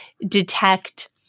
detect